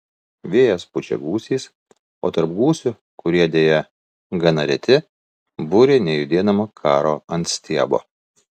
vėjas pučia gūsiais o tarp gūsių kurie deja gana reti burė nejudėdama karo ant stiebo